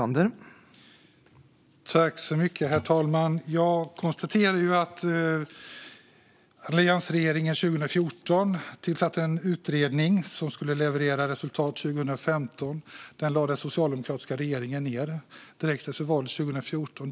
Herr talman! Jag konstaterar att alliansregeringen 2014 tillsatte en utredning som skulle leverera resultat 2015. Den lade den socialdemokratiska regeringen ned direkt efter valet 2014.